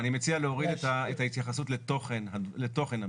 אני מציע להוריד את ההתייחסות לתוכן המפרט.